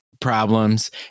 problems